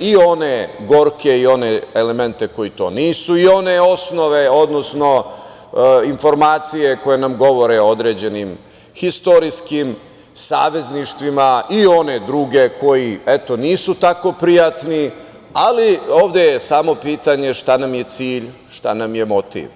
i one gorke i one elemente koji to nisu, i one osnove, odnosno informacije koje nam govore određenim istorijskim savezništvima i one druge koji, eto, nisu tako prijatni, ali ovde je samo pitanje šta nam je cilj, šta nam je motiv.